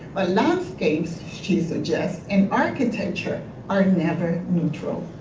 ah landscapes, she suggests, in architecture are never neutral.